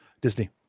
Disney